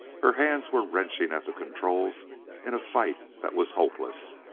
her hands were wrenching at the controls in a fight that was hopeless.